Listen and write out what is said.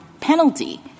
penalty